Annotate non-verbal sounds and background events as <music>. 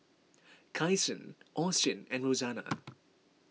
Kyson Austin and Rosanna <noise>